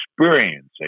experiencing